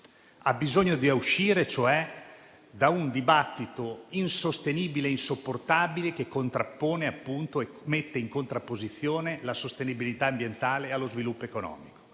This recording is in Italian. bisogno di uscire da un dibattito insostenibile e insopportabile che mette in contrapposizione la sostenibilità ambientale allo sviluppo economico.